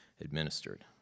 administered